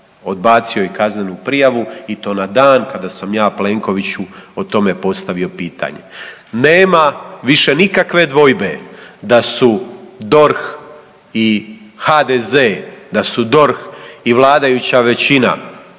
Odbacio je i kaznenu prijavu i to na dan kada sam ja Plenkoviću o tome postavio pitanje. Nema više nikakve dvojbe da su DORH i HDZ, da su DORH i vladajuća većina povezani